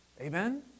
Amen